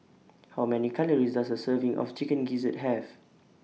How Many Calories Does A Serving of Chicken Gizzard Have